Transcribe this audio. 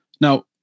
Now